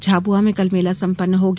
झाबुआ में कल मेला संपन्न हो गया